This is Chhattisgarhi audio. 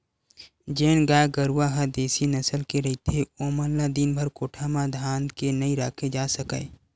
जेन गाय गरूवा ह देसी नसल के रहिथे ओमन ल दिनभर कोठा म धांध के नइ राखे जा सकय